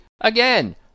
again